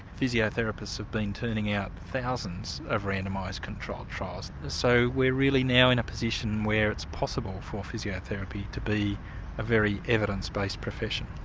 physiotherapists have been turning out thousands of randomised control trials so we're really now in a position where it's possible for physiotherapy to be a very evidence based profession.